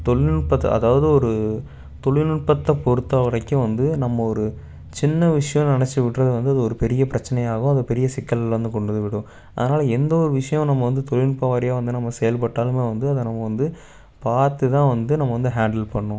தொழில்நுட்பத்தை அதாவது ஒரு தொழில்நுட்பத்தை பொறுத்த வரைக்கும் வந்து நம்ம ஒரு சின்ன விஷயன்னு நினச்சி விட்டுறது வந்து அது ஒரு பெரிய பிரச்சனையாக ஆகும் அது ஒரு பெரிய சிக்கலில் வந்து கொண்டு வந்து விடும் அதனால எந்த ஒரு விஷயம் நம்ம வந்து தொழில்நுட்பம் வாரியாக வந்து நம்ம செயல்பட்டாலும் வந்து அதை நம்ம வந்து பார்த்து தான் வந்து நம்ம வந்து ஹேண்டில் பண்ணனும்